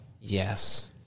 Yes